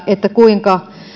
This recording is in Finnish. siitä kuinka